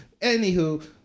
Anywho